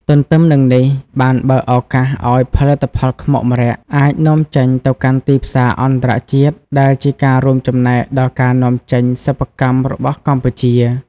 ទន្ទឹមនឹងនេះ បានបើកឱកាសឲ្យផលិតផលខ្មុកម្រ័ក្សណ៍អាច នាំចេញទៅកាន់ទីផ្សារអន្តរជាតិ ដែលជាការរួមចំណែកដល់ការនាំចេញសិប្បកម្មរបស់កម្ពុជា។